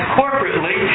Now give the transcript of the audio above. corporately